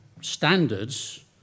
standards